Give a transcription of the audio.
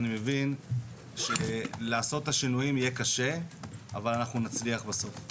אני מבין שלעשות את השינויים יהיה קשה אבל נצליח בסוף.